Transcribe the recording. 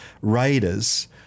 raiders